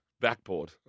Backboard